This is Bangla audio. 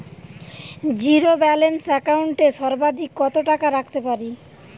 জীরো ব্যালান্স একাউন্ট এ সর্বাধিক কত টাকা রাখতে পারি?